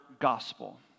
gospel